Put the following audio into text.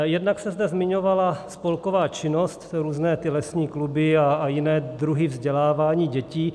Jednak se zde zmiňovala spolková činnost, různé lesní kluby a jiné druhy vzdělávání dětí.